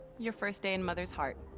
your first day in mother's heart.